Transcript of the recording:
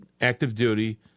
active-duty